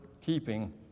keeping